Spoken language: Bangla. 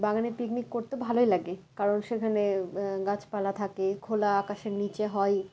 বাগানে পিকনিক করতে ভালোই লাগে কারণ সেখানে গাছপালা থাকে খোলা আকাশের নিচে হয়